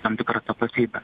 tam tikra tapatybe